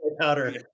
powder